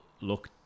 look